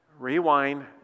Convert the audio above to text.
Rewind